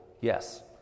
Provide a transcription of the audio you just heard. yes